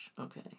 Okay